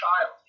child